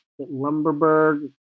Lumberberg